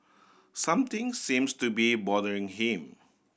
something seems to be bothering him